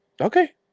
Okay